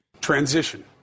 Transition